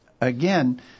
Again